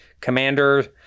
commander